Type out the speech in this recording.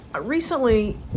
Recently